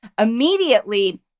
immediately